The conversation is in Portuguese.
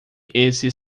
esse